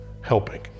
helping